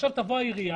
עכשיו תבוא העירייה.